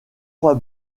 trois